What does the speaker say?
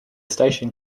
station